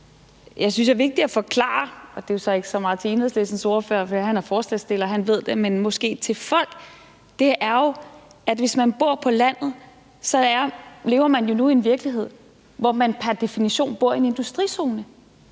Jeg synes, at det, der er vigtigt at forklare folk – og det er ikke så meget til Enhedslistens ordfører, for han er forslagsstiller, og han ved det – jo er, at hvis man bor på landet, lever man nu i en virkelighed, hvor man pr. definition bor i en industrizone.